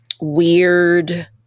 weird